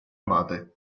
abate